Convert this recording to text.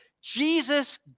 Jesus